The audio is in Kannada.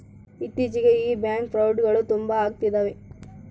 ಇತ್ತೀಚಿಗೆ ಈ ಬ್ಯಾಂಕ್ ಫ್ರೌಡ್ಗಳು ತುಂಬಾ ಅಗ್ತಿದವೆ